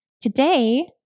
Today